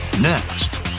Next